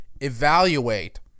evaluate